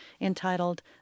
entitled